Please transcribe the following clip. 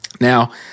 Now